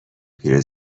پیره